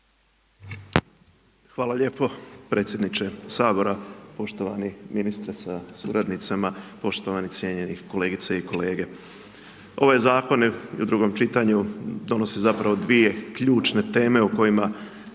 Hvala lijepo predsjedniče Sabora, poštovani ministre sa suradnicama, poštovani i cijenjeni kolegice i kolege. Ovaj zakon je u drugom čitanju, donosi zapravo dvije ključne teme o kojima